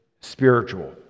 spiritual